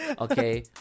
Okay